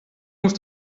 muss